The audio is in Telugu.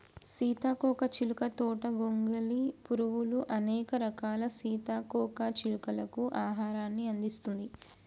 సీతాకోక చిలుక తోట గొంగలి పురుగులు, అనేక రకాల సీతాకోక చిలుకలకు ఆహారాన్ని అందిస్తుంది